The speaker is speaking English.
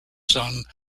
son